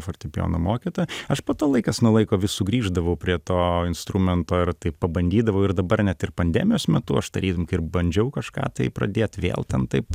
fortepijono mokytoją aš po to laikas nuo laiko vis sugrįždavau prie to instrumento ir taip pabandydavau ir dabar net ir pandemijos metu aš tarytum kaip bandžiau kažką tai pradėt vėl ten taip